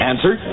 Answer